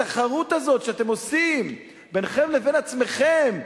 התחרות הזאת שאתם עושים ביניכם לבין עצמכם,